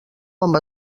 amb